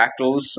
fractals